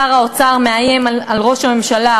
שר האוצר מאיים על ראש הממשלה,